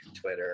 Twitter